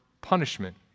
punishment